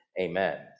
Amen